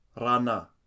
rana